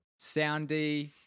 soundy